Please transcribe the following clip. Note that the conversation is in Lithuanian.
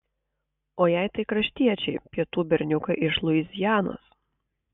o jei tai kraštiečiai pietų berniukai iš luizianos